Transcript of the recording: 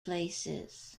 places